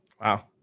Wow